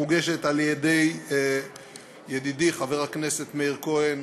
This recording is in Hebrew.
המוגשת על-ידי ידידי חבר הכנסת מאיר כהן,